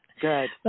Good